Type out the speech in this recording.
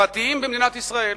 פרטיים במדינת ישראל,